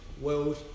world